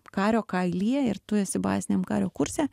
kario kailyje ir tu esi baziniam kario kurse